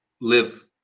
live